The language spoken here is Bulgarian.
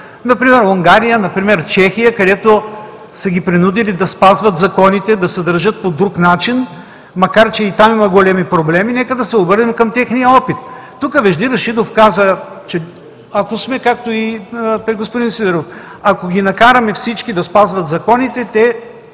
Например Унгария, например Чехия, където са ги принудили да спазват законите, да се държат по друг начин, макар че и там има големи проблеми, нека да се обърнем към техния опит. Тук Вежди Рашидов каза, както и господин Сидеров, ако ги накараме всички да спазват законите, те